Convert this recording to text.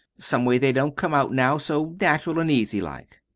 some way, they don't come out now so natural an' easy-like.